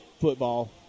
football